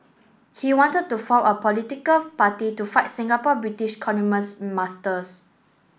he wanted to form a political party to fight Singapore British masters